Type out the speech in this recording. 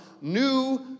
new